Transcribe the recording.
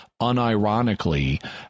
unironically